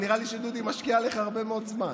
כי נראה לי שדודי משקיע בך הרבה מאוד זמן.